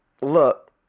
look